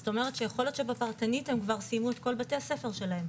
זאת אומרת שיכול להיות שבפרטנית הם כבר סיימו את כל בתי הספר שלהם.